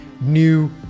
new